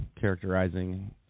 characterizing